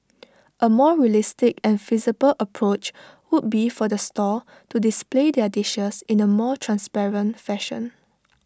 A more realistic and feasible approach would be for the stall to display their dishes in A more transparent fashion